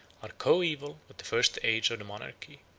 are coeval with the first age of the monarchy.